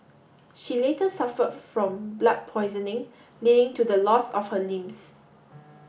she later suffered from blood poisoning leading to the loss of her limbs